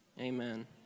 Amen